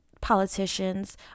politicians